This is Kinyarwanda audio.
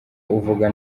uvuga